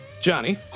Johnny